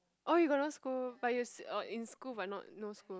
oh you got no school but you s~ oh in school but not no school